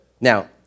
Now